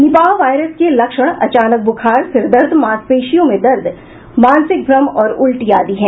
Nipah virus के लक्षण अचानक बुखार सिरदर्द मांसपेशियों में दर्द मानसिक भ्रम और उल्टी आदि हैं